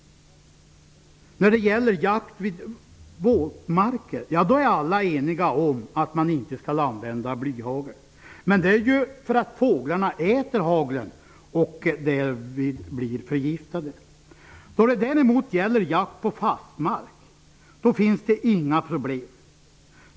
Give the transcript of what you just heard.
När det gäller jakt vid våtmarker är alla eniga om att man inte skall använda blyhagel, men det är ju därför att fåglarna äter haglen och blir förgiftade av det. Då det däremot gäller jakt på fastmark finns det inga problem.